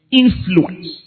influence